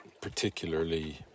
particularly